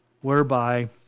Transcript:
whereby